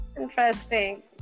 interesting